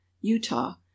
Utah